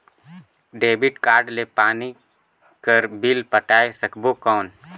Debit card ले पानी कर बिल पटाय सकबो कौन?